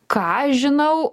ką žinau